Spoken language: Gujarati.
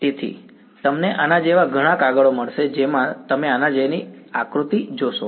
તેથી તમને આના જેવા ઘણા કાગળો મળશે જેમાં તમે આના જેવી આકૃતિઓ જોશો